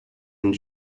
and